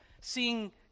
seeing